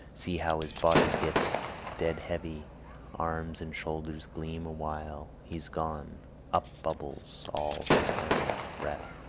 see how his body dips dead-heavy arms and shoulders gleam awhile he's gone up bubbles all his amorous breath!